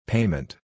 Payment